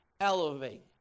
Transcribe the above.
elevate